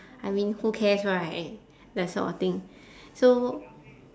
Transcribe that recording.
I mean who cares right that sort of thing so